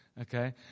Okay